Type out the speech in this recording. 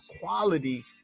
quality